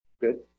Good